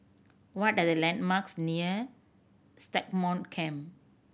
what are the landmarks near Stagmont Camp